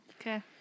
Okay